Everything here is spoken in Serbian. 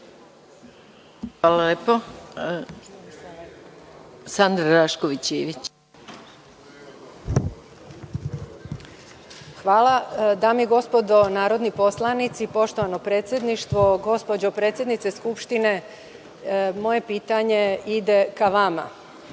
Ivić. **Sanda Rašković Ivić** Hvala. Dame i gospodo narodni poslanici, poštovano predsedništvo, gospođo predsednice Skupštine, moje pitanje ide ka